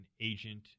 agent